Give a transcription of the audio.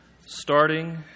Starting